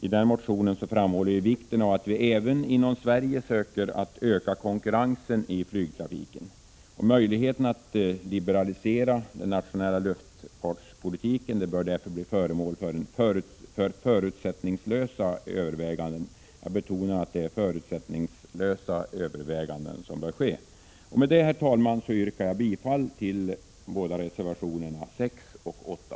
I den framhåller vi vikten av att vi även inom Sverige söker öka konkurrensen inom flygtrafiken. Möjlighe terna att liberalisera den nationella luftfartspolitiken bör därför bli föremål för förutsättningslösa överväganden. Med detta, herr talman, yrkar jag bifall till reservationerna 6 och 8.